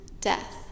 death